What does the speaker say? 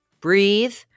breathe